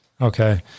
okay